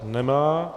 Nemá.